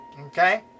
Okay